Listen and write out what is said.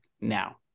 now